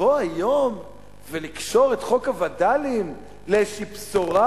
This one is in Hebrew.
לבוא היום ולקשור את חוק הווד"לים לאיזו בשורה